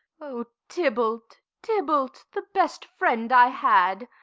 o tybalt, tybalt, the best friend i had!